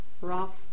rough